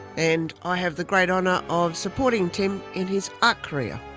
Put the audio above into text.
and i have the great honour of supporting tim in his art career.